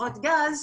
חברות גז,